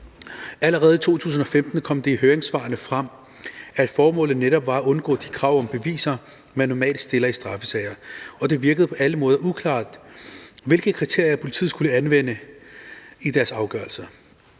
Allerede i 2015 kom det i høringssvarene frem, at formålet netop var at undgå de krav om beviser, man normalt stiller i straffesager. Og det virkede på alle måder uklart, hvilke kriterier politiet skulle anvende i deres afgørelser.